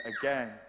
again